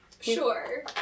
Sure